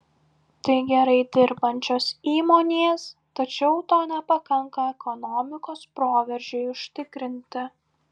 tai gerai dirbančios įmonės tačiau to nepakanka ekonomikos proveržiui užtikrinti